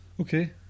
Okay